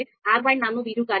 rbind નામનું બીજું કાર્ય છે